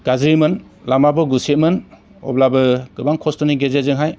गाज्रिमोन लामाबो गुसेबमोन अब्लाबो गोबां खस्थ'नि गेजेरजोंहाय